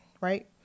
right